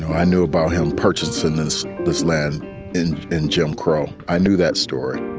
i knew about him purchasing this this land in in jim crow. i knew that story.